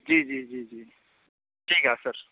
جی جی جی جی ٹھیک ہے سر